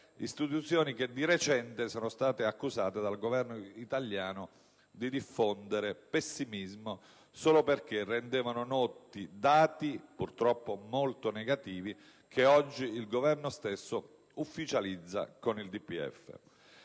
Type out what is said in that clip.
istituzioni che di recente sono state accusate dal Governo italiano di diffondere pessimismo solo perché rendevano noti dati purtroppo molto negativi, che oggi il Governo stesso ufficializza con il DPEF.